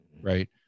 right